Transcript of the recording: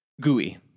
gooey